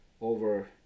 over